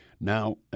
Now